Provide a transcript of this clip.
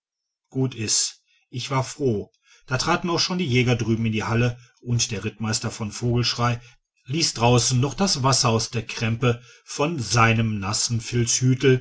gut is ich war froh da traten auch schon die jäger drüben in die halle und der rittmeister von vogelschrey ließ draußen noch das wasser aus der krempe von seinem nassen